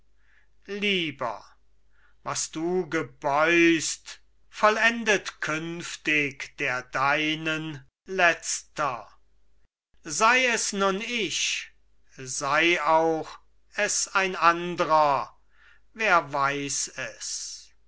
lieber was du gebeutst vollendet künftig der deinen letzter sei es nun ich sei auch es ein andrer wer weiß es